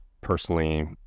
personally